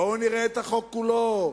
בואו נראה את החוק כולו,